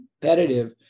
competitive